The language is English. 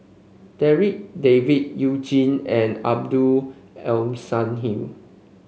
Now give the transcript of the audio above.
Darryl David You Jin and Abdul Aleem Siddique